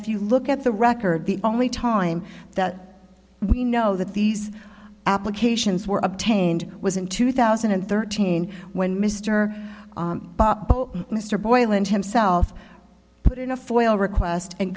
if you look at the record the only time that we know that these applications were obtained was in two thousand and thirteen when mister mr boyle and himself put in a foil request and